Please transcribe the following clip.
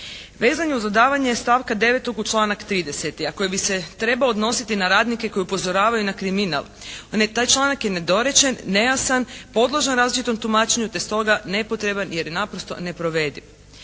Vezan je uz dodavanje stavka 9. u članak 30. a koji bi se trebao odnositi na radnike koji upozoravaju na kriminal. Taj članak je nedorečen, nejasan, podložan različitom tumačenju, te stoga nepotreban jer je naprosto neprovediv.